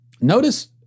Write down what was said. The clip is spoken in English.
Notice